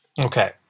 Okay